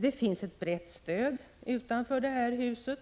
Det finns ett brett stöd för de privata investeringskontona utanför det här huset,